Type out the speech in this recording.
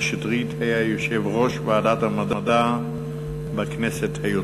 שטרית היה יושב-ראש ועדת המדע בכנסת היוצאת.